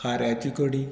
खाऱ्याची कडी